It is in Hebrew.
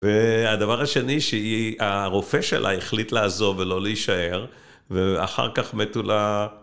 והדבר השני שהיא, הרופא שלה החליט לעזוב ולא להישאר ואחר כך מתו לה...